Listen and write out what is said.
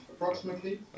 approximately